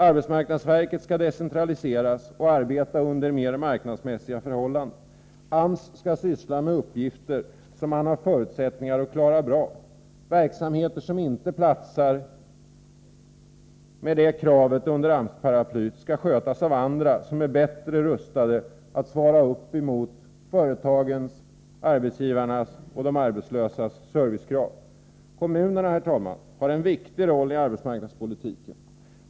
Arbetsmarknadsverket skall decentraliseras och arbeta under mer marknadsmässiga förhållanden. AMS skall syssla med uppgifter som man har förutsättningar att klara bra. Verksamheter som inte ”platsar” med det kravet under AMS-paraplyet skall skötas av andra som är bättre rustade att möta företagens, arbetsgivarnas och de arbetslösas servicekrav. Kommunerna, herr talman, har en viktig roll i arbetsmarknadspolitiken.